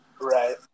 right